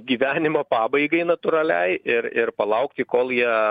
gyvenimo pabaigai natūraliai ir ir palaukti kol jie